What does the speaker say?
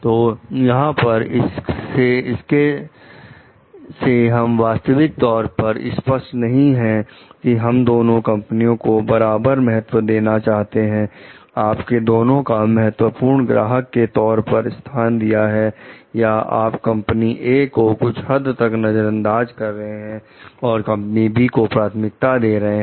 तो यहां पर इसके से हम वास्तविक तौर पर स्पष्ट नहीं है कि हमें दोनों कंपनियों को बराबर महत्व देना चाहिए आपने दोनों को महत्वपूर्ण ग्राहक के तौर पर स्थान दिया है या आप कंपनी "ए" को कुछ हद तक नजरदाज कर रहे हैं और कंपनी "बी" को प्राथमिकता दे रहे हैं